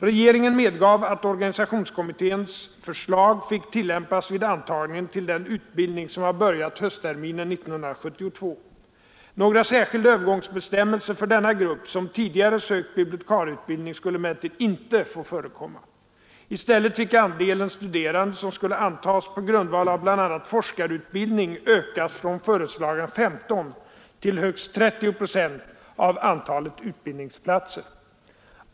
Regeringen medgav att organisationskommitténs förslag fick tillämpas vid antagningen till den utbildning som har börjat höstterminen 1972. Några särskilda övergångsbestämmelser för den grupp som tidigare sökt bibliotekarieutbildning skulle emellertid inte få förekomma. I stället fick andelen studerande som skulle antas på grundval av bl.a. forskarutbildning ökas från föreslagna 15 till högst 30 procent av antalet utbildningsplatser.